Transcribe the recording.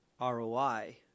ROI